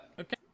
Okay